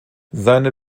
seine